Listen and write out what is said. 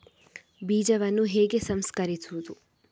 ಬೀಜವನ್ನು ಹೇಗೆ ಸಂಸ್ಕರಿಸುವುದು?